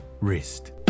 wrist